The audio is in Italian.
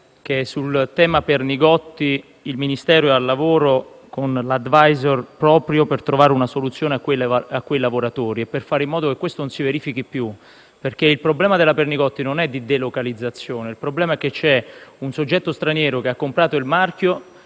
che sul tema Pernigotti il Ministero è al lavoro con l'*advisor* proprio per trovare una soluzione per quei lavoratori e per fare in modo che questo non si verifichi più. Ma il problema della Pernigotti non è di delocalizzazione. Il problema è che vi è un soggetto straniero che ha comprato il marchio